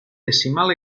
decimal